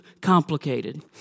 complicated